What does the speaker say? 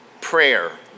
Prayer